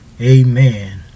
Amen